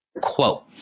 quote